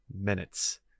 minutes